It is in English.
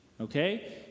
okay